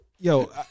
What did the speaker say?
yo-